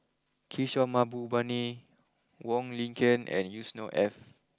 Kishore Mahbubani Wong Lin Ken and Yusnor Ef